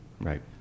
right